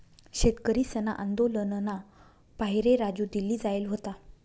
शेतकरीसना आंदोलनना पाहिरे राजू दिल्ली जायेल व्हता